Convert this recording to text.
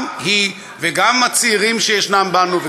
גם היא וגם הצעירים שיש בינינו,